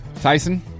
Tyson